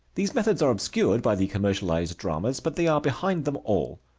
these methods are obscured by the commercialized dramas, but they are behind them all.